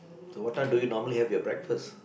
so what time do you normally have your breakfast